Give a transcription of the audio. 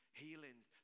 healings